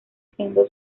siendo